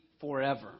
forever